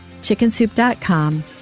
chickensoup.com